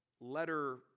letter